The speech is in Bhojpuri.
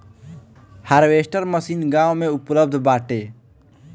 हार्वेस्टर मशीन गाँव में उपलब्ध बाटे